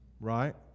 right